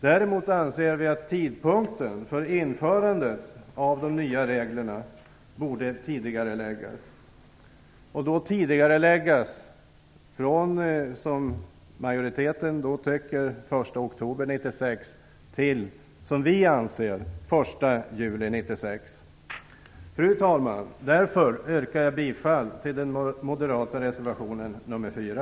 Däremot anser vi att tidpunkten för införandet av de nya reglerna borde tidigareläggas från - som majoriteten anser - den 1 oktober 1996 till - som vi anser - den 1 juli 1996. Fru talman! Därför yrkar jag bifall till den moderata reservationen nr 4.